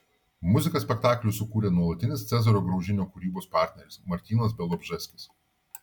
muziką spektakliui sukūrė nuolatinis cezario graužinio kūrybos partneris martynas bialobžeskis